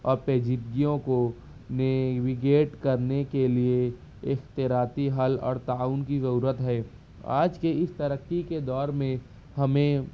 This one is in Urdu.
اور پیچیدگیوں کو نیویگیٹ کرنے کے لیے اختراتی حل اور تعاون کی ضرورت ہے آج کے اس ترقی کے دور میں ہمیں